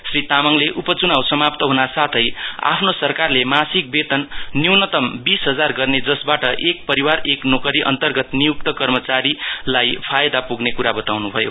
श्री तामाङले उपचुनाउ समाप्त हुनासाथै आफ्नो सरकारले मासिक वेतन न्युनतम एक परिवार एक नोकरी अन्तर्गत नियुक्त कमचारीलाई फायदा पुग्रे कुरा बताउनु भयो